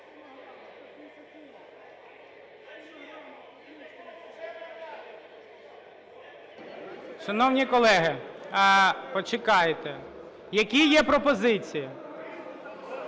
Шановні колеги, почекайте, які є пропозиції?